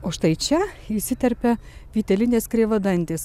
o štai čia įsiterpia vytelinės kreivadantės